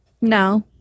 No